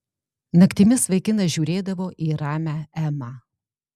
naktimis vaikinas žiūrėdavo į ramią emą